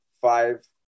five